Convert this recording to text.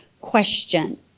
question